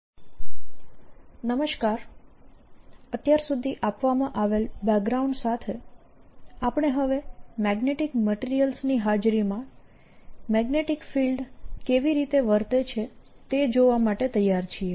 auxiliary field - H અત્યાર સુધી આપવામાં આવેલ બેકગ્રાઉંડ સાથે આપણે હવે મેગ્નેટીક મટીરીયલ્સ ની હાજરીમાં મેગ્નેટીક ફીલ્ડ કેવી રીતે વર્તે છે તે જોવા માટે તૈયાર છીએ